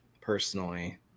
personally